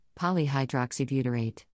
polyhydroxybutyrate